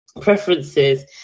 preferences